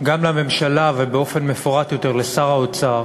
גם לממשלה, ובאופן מפורט יותר לשר האוצר,